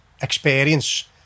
experience